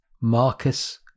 Marcus